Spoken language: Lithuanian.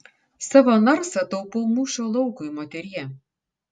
savo narsą taupau mūšio laukui moterie